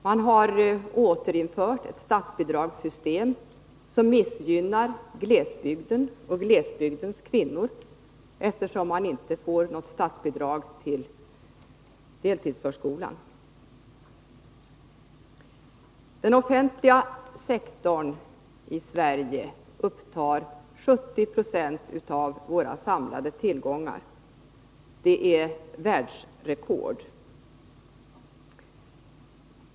Och man återinför ett statsbidragssystem som missgynnar landsorten och dess kvinnor, eftersom statsbidrag inte utgår till deltidsförskolan. Den offentliga sektorn i Sverige upptar 70 96 av våra samlade tillgångar. Det är världsrekord.